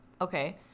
okay